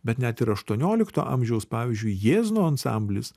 bet net ir aštuoniolikto amžiaus pavyzdžiui jiezno ansamblis